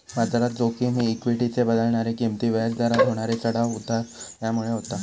बाजारात जोखिम ही इक्वीटीचे बदलणारे किंमती, व्याज दरात होणारे चढाव उतार ह्यामुळे होता